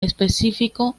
específico